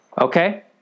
okay